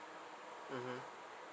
mmhmm